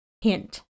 hint